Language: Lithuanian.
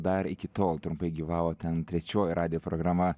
dar iki tol trumpai gyvavo ten trečioji radijo programa